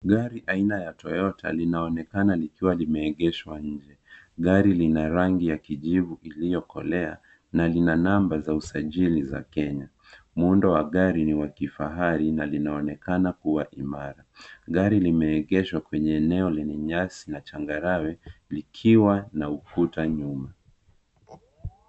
Gari aina ya Toyota linaonekana likwa limeegeshwa nje. Gari lina rangi ya kijivu iliyokolea, na lina namba za usajili za Kenya. Muundo wa gari ni wa kifahari, na linaonekana kua imara. Gari limeegeshwa kwenye eneo lenye nyasi na changarawe, likiwa na ukuta nyuma.